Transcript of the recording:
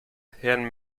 herrn